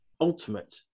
ultimate